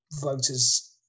voters